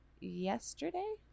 yesterday